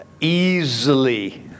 easily